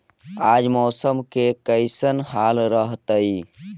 आज मौसम के कैसन हाल रहतइ?